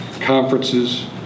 conferences